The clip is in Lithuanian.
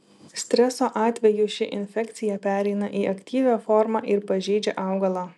streso atveju ši infekcija pereina į aktyvią formą ir pažeidžia augalą